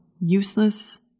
useless